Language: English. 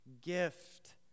gift